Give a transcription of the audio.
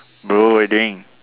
bro waiting